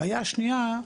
הבעיה השנייה,